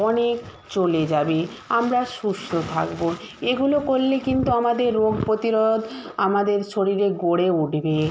অনেক চলে যাবে আমরা সুস্থ থাকব এগুলো করলে কিন্তু আমাদের রোগ প্রতিরোধ আমাদের শরীরে গড়ে উঠবে